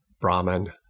Brahman